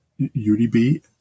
udb